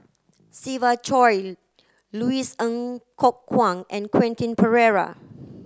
Siva Choy Louis Ng Kok Kwang and Quentin Pereira